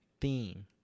theme